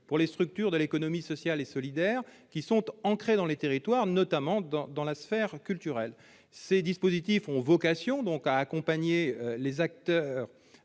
pour les structures de l'économie sociale et solidaire, qui sont ancrées dans les territoires, notamment dans la sphère culturelle. Ces dispositifs ont vocation à accompagner les acteurs